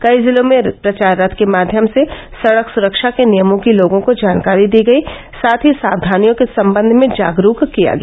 कई जिलों में प्रचार रथ के माध्यम से सड़क सुरक्षा के नियमों की लोगों को जानकारी दी गयी साथ ही साक्यानियों के सम्बन्ध में जागरूक किया गया